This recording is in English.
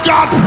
God